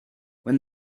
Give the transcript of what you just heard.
when